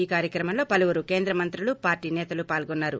ఈ కార్యక్రమంలో పలువురు కేంద్ర మంత్రులు పార్లీ నేతలు పాల్గొన్నారు